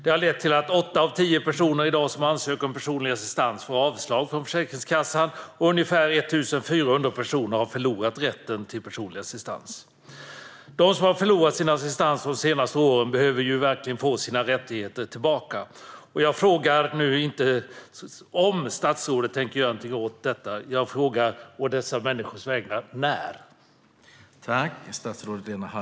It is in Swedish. I dag får åtta av tio personer som ansöker om personlig assistans avslag från Försäkringskassan, och ungefär 1 400 personer har förlorat rätten till personlig assistans. De som har förlorat sin assistans de senaste åren behöver verkligen få sina rättigheter tillbaka. Jag frågar å deras vägnar inte om utan när statsrådet tänker göra något åt detta.